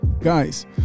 Guys